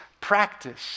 practice